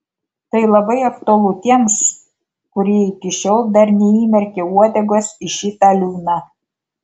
tai labai aktualu tiems kurie iki šiol dar neįmerkė uodegos į šitą liūną